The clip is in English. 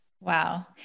Wow